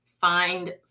find